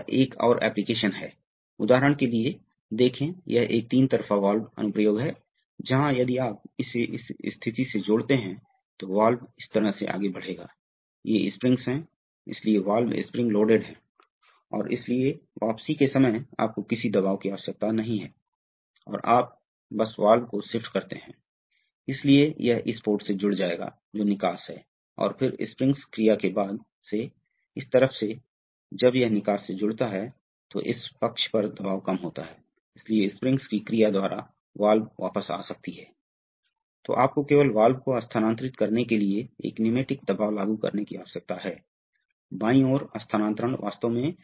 तो आपके पास एक इलेक्ट्रो हाइड्रोलिक एयरोस्पेस एक्ट्यूएटर में एक समान ब्लॉक है यह अंतिम है आप उपयोग करते देख सकते हैं आपका कहना है नियंत्रण सतह एक विशिष्ट है जो वास्तव में एयरोस्पेस में उपयोग किया जाता है बहुत सटीक एक्टुएटर्स यह सिलेंडर है जिसे कभी कभी रैम कहा जाता है यह सिलेंडर एक सर्वो वाल्व द्वारा संचालित होता है सर्वो वाल्व एक बल मोटर द्वारा संचालित होता है यह कुंडल है जो वाल्व के स्पूल को चलाता है और जो कि इलेक्ट्रॉनिक्स और सर्वो एम्पलीफायर द्वारा संचालित है